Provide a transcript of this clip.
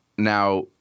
Now